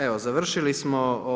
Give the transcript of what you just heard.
Evo završili smo.